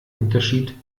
unterschied